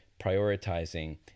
prioritizing